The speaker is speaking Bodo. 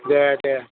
दे दे